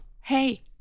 hey